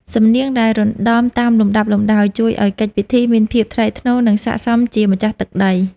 សំនៀងដែលរណ្ដំតាមលំដាប់លំដោយ ជួយឱ្យកិច្ចពិធីមានភាពថ្លៃថ្នូរ និងសក្ដិសមជាម្ចាស់ទឹកដី។